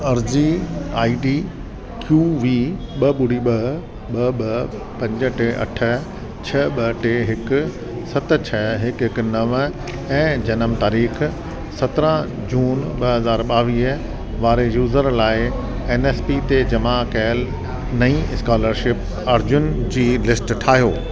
अर्ज़ी I D Q V ॿ ॿुड़ी ॿ ॿ ॿ पंज टे अठ छह ॿ टे हिकु सत छह हिकु हिकु नव ऐं जनमु तारीख़ सतरहां जून ॿ हज़ार ॿावीह वारे यूज़र लाइ एन एस पी ते जमा कयल नईं स्कालरशिप अर्ज़ियुनि जी लिस्ट ठाहियो